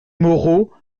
moreau